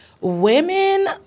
women